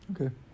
Okay